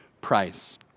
price